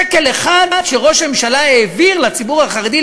שקל אחד שראש הממשלה העביר לציבור החרדי,